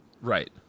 Right